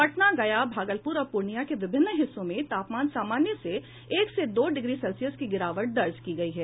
पटना गया भागलपुर और पूर्णिया के विभिन्न हिस्सों में तापमान सामान्य से एक से दो डिग्री सेल्सियस की गिरावट दर्ज की गयी है